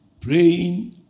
Praying